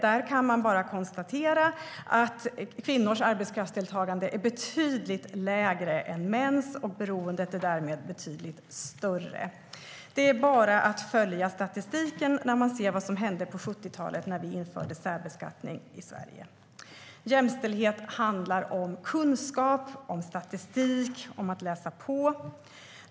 Där kan man konstatera att kvinnors arbetskraftsdeltagande är betydligt lägre än mäns, och beroendet är därmed betydligt större. Det är bara att följa statistiken där man ser vad som hände på 70-talet när vi införde särbeskattning i Sverige. Jämställhet handlar om kunskap, statistik och att läsa på.